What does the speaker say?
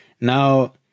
Now